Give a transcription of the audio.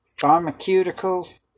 pharmaceuticals